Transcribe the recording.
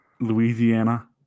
louisiana